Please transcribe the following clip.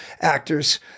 actors